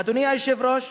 אדוני היושב-ראש,